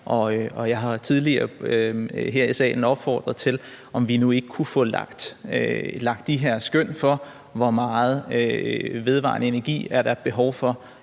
Jeg har tidligere her i salen opfordret til, om vi nu ikke kunne få lagt de her skøn for, hvor meget vedvarende energi der er behov for,